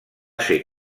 ser